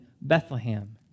Bethlehem